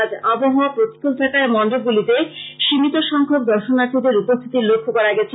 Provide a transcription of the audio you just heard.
আজ আবহাওয়া প্রতিকূল থাকায় মন্ডপগুলিতে সীমিত সংখ্যক দর্শনাথীদের উপস্থিতি লক্ষ্য করা গেছে